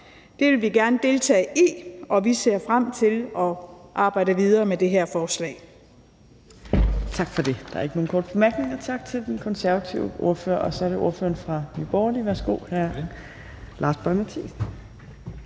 Det vil vi gerne deltage i, og vi ser frem til at arbejde videre med det her forslag.